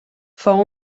fou